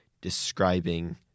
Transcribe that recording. describing